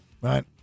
Right